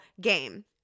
game